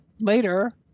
later